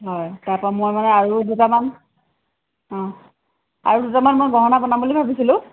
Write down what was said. হয় তাৰ পৰা মই মানে আৰু দুটামান অঁ আৰু দুটামান মই গহনা বনাম বুলি ভাবিছিলোঁ